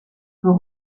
peut